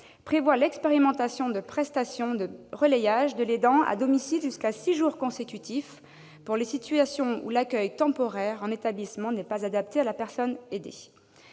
prévoit l'expérimentation de prestations de « relayage » de l'aidant à domicile jusqu'à six jours consécutifs pour les situations où l'accueil temporaire en établissement n'est pas adapté à la personne aidée.